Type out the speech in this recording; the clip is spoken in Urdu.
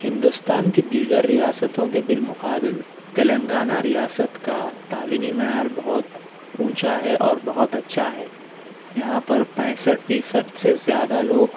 ہندوستان کی دیگر ریاستوں کے بالمقابل تلنگانہ ریاست کا تعلیمی معیار بہت اونچا ہے اور بہت اچھا ہے یہاں پر پینسٹھ فیصد سے زیادہ لوگ